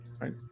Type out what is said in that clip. right